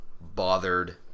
bothered